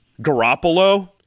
Garoppolo